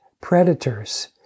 predators